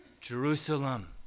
Jerusalem